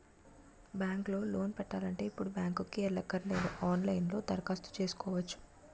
bank లో loan పెట్టాలంటే ఇప్పుడు బ్యాంకుకి ఎల్లక్కరనేదు ఆన్ లైన్ లో దరఖాస్తు సేసుకోవచ్చును